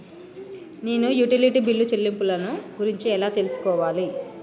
నేను utility bill చెల్లింపులను గురించి ఎలా తెలుసుకోవాలి?